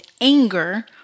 anger